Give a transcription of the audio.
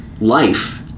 life